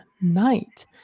night